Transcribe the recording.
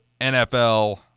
NFL